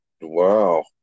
Wow